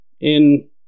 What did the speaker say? in-